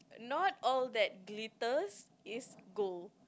not all that glitters is gold